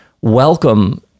welcome